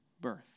birth